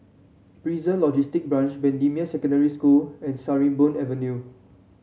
Prison Logistic Branch Bendemeer Secondary School and Sarimbun Avenue